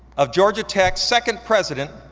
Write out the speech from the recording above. of georgia tech's second president,